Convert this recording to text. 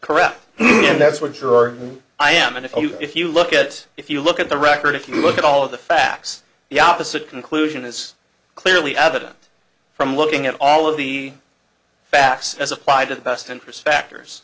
correct and that's what sure i am and if you if you look at it if you look at the record if you look at all of the facts the opposite conclusion is clearly evident from looking at all of the facts as applied to the best interest factors